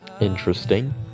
Interesting